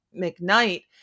McKnight